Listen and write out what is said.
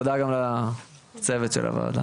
תודה גם לצוות הוועדה.